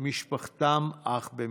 משפחתם אך במקרה.